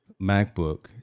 MacBook